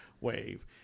wave